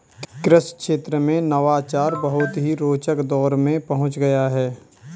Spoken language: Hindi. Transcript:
कृषि क्षेत्र में नवाचार बहुत ही रोचक दौर में पहुंच गया है